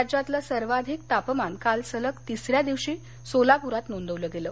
राज्यातलं सर्वाधिक तापमान काल सलग तिसऱ्या दिवशी सोलापुरात नोंदवलं गेलं